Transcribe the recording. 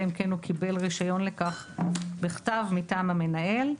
אם כן הוא קיבל רישיון לכך בכתב מטעם המנהל.